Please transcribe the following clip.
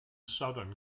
southern